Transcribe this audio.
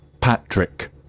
Patrick